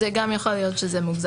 גם יכול להיות שזה מוגזם.